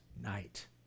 night